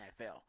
NFL